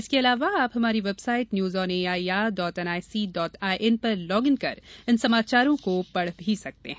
इसके अलावा आप हमारी website news on A I R dot N I C dot I N पर लॉग इन कर इन समाचारों को पढ़ भी सकते हैं